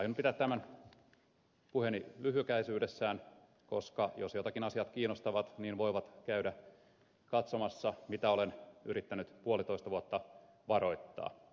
aion pitää tämän puheeni lyhykäisyydessään koska jos jotakin asiat kiinnostavat niin voivat käydä katsomassa mistä olen yrittänyt puolitoistavuotta varoittaa